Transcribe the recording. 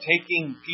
taking